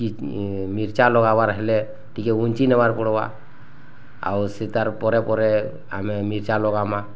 ମିର୍ଚା ଲଗ୍ବାର୍ ହେଲେ ଟିକେ ଉଞ୍ଚି ନବାର ପଡ଼ବା ଆଉ ସେ ତାର ପରେ ପରେ ଆମେ ମିର୍ଚା ଲଗାମା